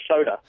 soda